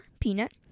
Peanut